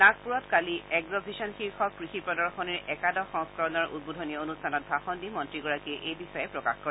নাগপুৰত কালি Agrovision শীৰ্যক কৃষি প্ৰদশ্নীৰ একাদশ সংস্কৰণৰ উদ্বোধনী অনুষ্ঠানত ভাষণ দি মন্ত্ৰীগৰাকীয়ে এই বিষয়ে প্ৰকাশ কৰে